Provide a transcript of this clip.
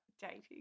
dating